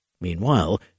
Meanwhile